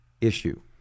issue